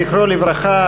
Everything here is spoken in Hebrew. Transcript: זכרו לברכה,